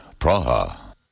Praha